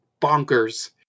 bonkers